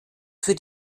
für